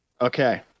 Okay